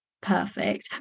Perfect